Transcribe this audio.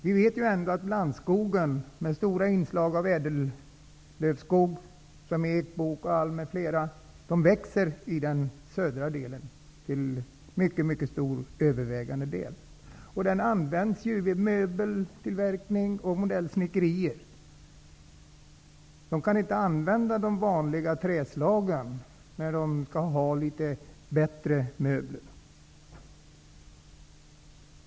Vi vet att blandskogen, med stora inslag av ädellövskog, såsom ek, bok och alm, växer i övervägande utsträckning i den södra delen av Sverige och används vid möbeltillverkning och modellsnickerier. De vanliga träslagen går inte att använda vid tillverkning av litet bättre möbler.